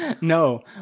No